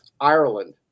ireland